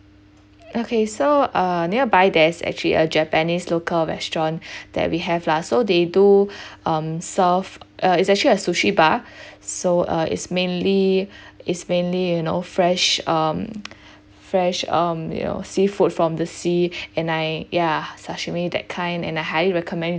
okay so uh nearby there is actually a japanese local restaurant that we have lah so they do um serve uh is actually a sushi bar so uh is mainly is mainly you know fresh um fresh um you know seafood from the sea and I yeah sashimi that kind and I highly recommend